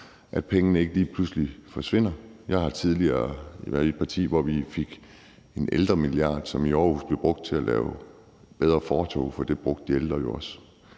at pengene ikke lige pludselig forsvinder. Jeg har tidligere været i et parti, hvor vi fik en ældremilliard, som i Aarhus blev brugt til at lave bedre fortove, for dem brugte de ældre jo også.